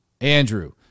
Andrew